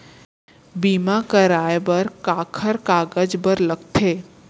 बीमा कराय बर काखर कागज बर लगथे?